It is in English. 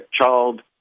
child